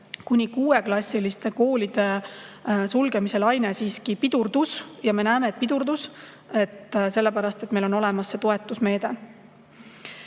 kuni kuueklassiliste koolide sulgemise laine siiski on pidurdunud – ja me näeme, et on pidurdunud – sellepärast, et meil on olemas see toetusmeede.